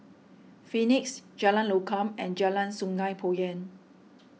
Phoenix Jalan Lokam and Jalan Sungei Poyan